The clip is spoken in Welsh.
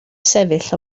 sefyll